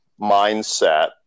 mindset